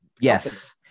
Yes